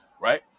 Right